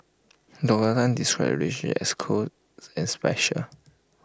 Doctor Tan described the relations as close as special